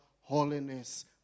holiness